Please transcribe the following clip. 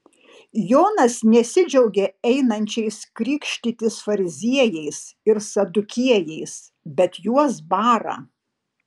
jonas nesidžiaugia einančiais krikštytis fariziejais ir sadukiejais bet juos bara